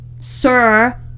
Sir